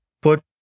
put